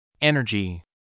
Energy